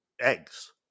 eggs